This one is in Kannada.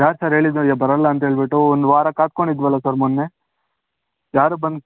ಯಾರು ಸರ್ ಹೇಳಿದ್ದು ಈಗ ಬರೋಲ್ಲ ಅಂತೇಳ್ಬಿಟ್ಟು ಒಂದು ವಾರ ಕಾದ್ಕೊಂಡು ಇದ್ದೆವಲ್ಲ ಸರ್ ಮೊನ್ನೆ ಯಾರೂ ಬಂದು